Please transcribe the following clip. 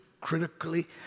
critically